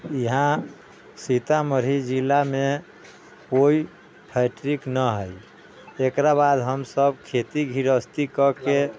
इहाँ सीतामढ़ी जिलामे कोइ फैक्ट्रिक न है एकरा बाद हम सब खेती गृहस्थी कऽ के